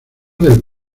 del